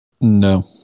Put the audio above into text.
No